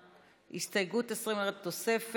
אנחנו עוברים להסתייגות מס' 20, לתוספת.